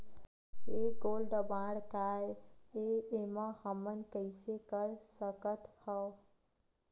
ये gold bond काय ए एमा हमन कइसे कर सकत हव?